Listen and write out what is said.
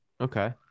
Okay